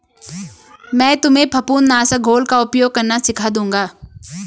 मैं तुम्हें फफूंद नाशक घोल का उपयोग करना सिखा दूंगा